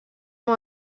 amb